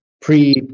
pre-